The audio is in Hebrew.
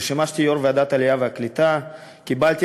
כששימשתי יושב-ראש ועדת העלייה והקליטה קיבלתי